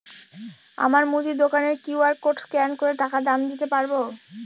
আমার মুদি দোকানের কিউ.আর কোড স্ক্যান করে টাকা দাম দিতে পারব?